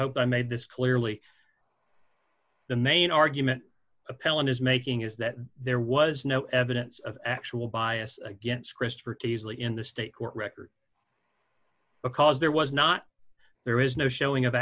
hope i made this clearly the main argument appellant is making is that there was no evidence of actual bias against christopher teasley in the state court record because there was not there is no showing of